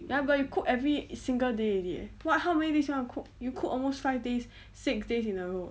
ya but you cook every single day already eh [what] how many days you wanna cook you cook almost five days six days in a row